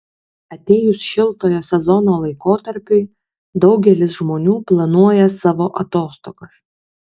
atėjus šiltojo sezono laikotarpiui daugelis žmonių planuoja savo atostogas